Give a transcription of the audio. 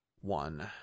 one